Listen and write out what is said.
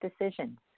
decisions